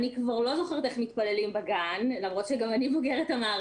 אני כבר לא זוכרת איך מתפללים בגן למרות שגם אני בוגרת המערכת.